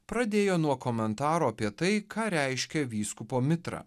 pradėjo nuo komentaro apie tai ką reiškia vyskupo mitra